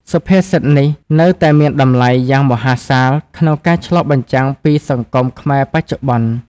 សុភាសិតនេះនៅតែមានតម្លៃយ៉ាងមហាសាលក្នុងការឆ្លុះបញ្ចាំងពីសង្គមខ្មែរបច្ចុប្បន្ន។